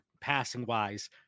passing-wise